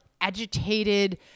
agitated